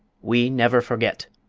we never forget!